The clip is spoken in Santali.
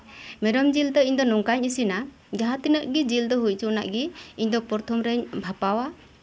ᱢᱮᱨᱚᱢ ᱡᱤᱞ ᱫᱚ ᱤᱧ ᱫᱚ ᱱᱚᱝᱠᱟᱧ ᱤᱥᱤᱱᱟ ᱡᱟᱦᱟᱸᱛᱤᱱᱟᱹᱜ ᱜᱮ ᱡᱤᱞ ᱫᱚ ᱦᱩᱭ ᱦᱚᱪᱚᱱᱟᱜ ᱜᱮ ᱤᱧ ᱫᱚ ᱯᱨᱚᱛᱷᱚᱢ ᱨᱤᱧ ᱵᱷᱟᱯᱟᱣᱟ